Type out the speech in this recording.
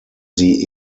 sie